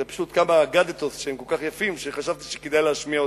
זה פשוט כמה "אגדתות" שהם כל כך יפים שחשבתי שכדאי להשמיע אותם,